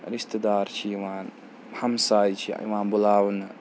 رِشتہٕ دار چھِ یِوان ہَمساے چھِ یِوان بُلاونہٕ